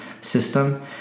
system